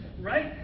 Right